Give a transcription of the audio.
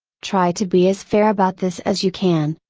try to be as fair about this as you can.